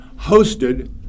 hosted